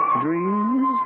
dreams